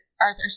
Arthur